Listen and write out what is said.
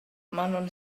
manon